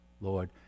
Lord